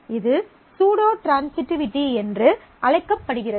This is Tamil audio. இது சூடோ ட்ரான்சிட்டிவிட்டி என்று அழைக்கப்படுகிறது